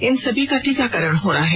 इन सभी का टीकाकरण होना है